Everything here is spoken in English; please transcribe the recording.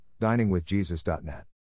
diningwithjesus.net